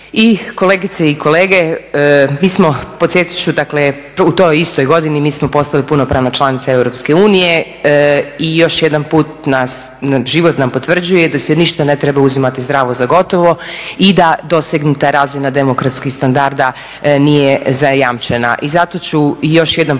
I kolegice i kolege mi smo podsjetit ću u toj istoj godini, mi smo postali punopravna članica EU i još jedan puta nam život potvrđuje da se ništa ne treba uzimati zdravo gotovo i da dosegnuta razina demokratskih standarda nije zajamčena. I zato ću još jedan put